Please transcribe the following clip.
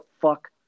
fuck